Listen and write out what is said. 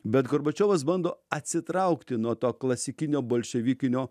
bet gorbačiovas bando atsitraukti nuo to klasikinio bolševikinio